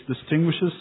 distinguishes